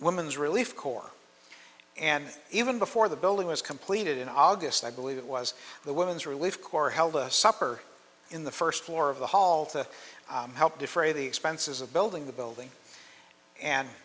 woman's relief corps and even before the building was completed in august i believe it was the women's relief corps held a supper in the first floor of the hall to help defray the expenses of building the building and